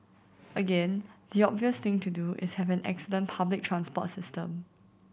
again the obvious thing to do is have an excellent public transport system